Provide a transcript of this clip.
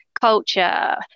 culture